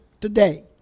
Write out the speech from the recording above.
today